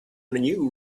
new